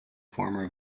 former